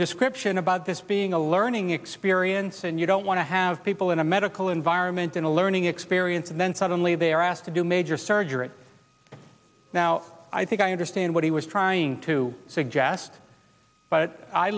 description about this being a learning experience and you don't want to have people in a medical environment in a learning experience and then suddenly they're asked to do major surgery now i think i understand what he was trying to suggest but i